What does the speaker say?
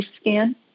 scan